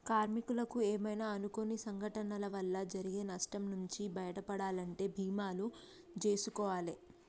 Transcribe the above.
కార్మికులకు ఏమైనా అనుకోని సంఘటనల వల్ల జరిగే నష్టం నుంచి బయటపడాలంటే బీమాలు జేసుకోవాలే